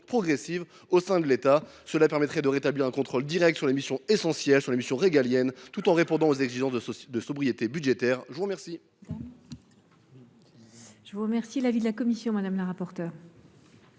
progressive au sein de l’État. Cela permettrait de rétablir un contrôle direct sur des missions essentielles et régaliennes, tout en répondant aux exigences de sobriété budgétaire. Quel